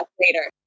later